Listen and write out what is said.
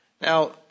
Now